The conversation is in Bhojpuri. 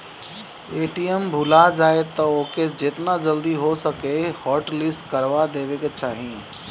ए.टी.एम भूला जाए तअ ओके जेतना जल्दी हो सके हॉटलिस्ट करवा देवे के चाही